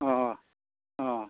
अह अह